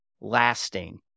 lasting